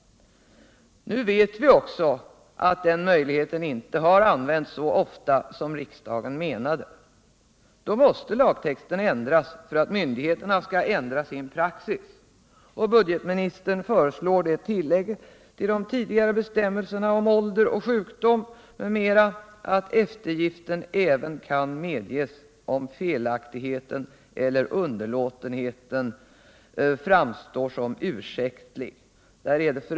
Nu vet vi också att den möjligheten inte har använts så ofta som riksdagen avsåg. Då måste lagtexten ändras för att myndigheterna skall ändra sin praxis. Budgetministern föreslår ett tillägg till de tidigare bestämmelserna om ålder, sjukdom, m.m., nämligen att eftergift även kan medges om felaktigheten eller underlåtenheten framstår som ursäktlig — där är det tf.